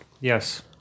Yes